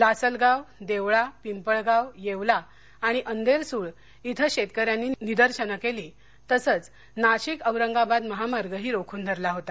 लासलगाव देवळा पिंपळगाव येवला आणि अंदेरसुळ इथं शेतकऱ्यांनी निदर्शनं केली तसंच नाशिक औरंगाबाद महामार्गही रोखून धरला होता